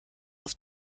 auf